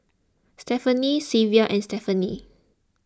Stephenie Xavier and Stephenie